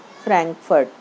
Frankfurt